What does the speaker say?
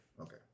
Okay